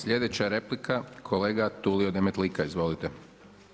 Slijedeća replika, kolega Tulio Demetlika, izvolite.